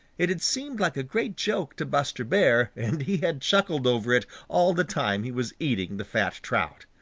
it had seemed like a great joke to buster bear, and he had chuckled over it all the time he was eating the fat trout.